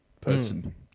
person